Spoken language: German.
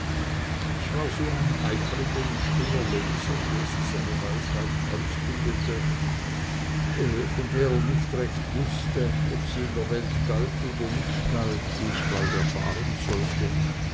ich war so ein eifriger und stiller leser der sich eine weisheit ausbildete von der er nicht recht wußte ob sie in der welt galt oder nicht galt wie ich bald erfahren sollte